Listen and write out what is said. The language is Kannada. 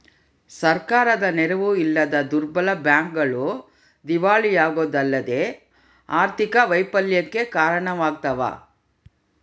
ಸರ್ಕಾರದ ನೆರವು ಇಲ್ಲದ ದುರ್ಬಲ ಬ್ಯಾಂಕ್ಗಳು ದಿವಾಳಿಯಾಗೋದಲ್ಲದೆ ಆರ್ಥಿಕ ವೈಫಲ್ಯಕ್ಕೆ ಕಾರಣವಾಗ್ತವ